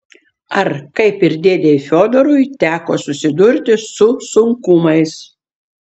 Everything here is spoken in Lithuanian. ar kaip ir dėdei fiodorui teko susidurti su sunkumais